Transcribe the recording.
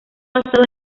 basado